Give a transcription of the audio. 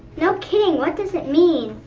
no kidding, what does it mean?